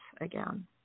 again